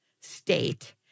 state